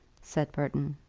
said burton.